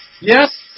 Yes